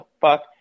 fuck